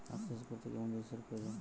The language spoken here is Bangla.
আখ চাষ করতে কেমন জলসেচের প্রয়োজন?